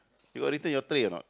you got return your tray or not